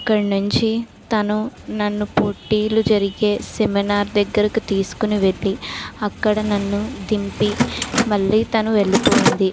అక్కడి నుంచి తను నన్ను పోటీలు జరిగే సెమినార్ దగ్గరికి తీసుకుని వెళ్ళి అక్కడ నన్ను దింపి మళ్ళీ తను వెళ్ళిపోయింది